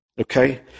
Okay